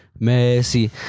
Messi